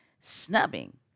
snubbing